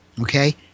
Okay